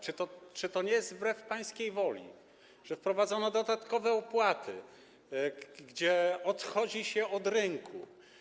Czy to nie jest wbrew pańskiej woli, że wprowadzono dodatkowe opłaty, że odchodzi się od rynku?